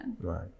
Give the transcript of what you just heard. Right